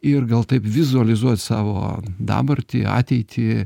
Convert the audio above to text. ir gal taip vizualizuot savo dabartį ateitį